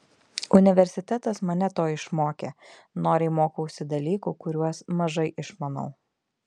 universitetas mane to išmokė noriai mokausi dalykų kuriuos mažai išmanau